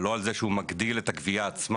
אבל לא על זה שהוא מגדיל את הגבייה עצמה.